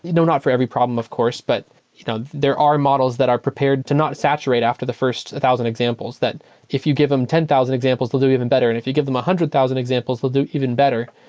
you know not for every problem, of course, but you know there are models that are prepared to not saturate after the first thousand examples, that if you give them ten thousand examples, they'll do even better. and if you give them one hundred thousand examples, they'll do even better.